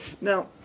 Now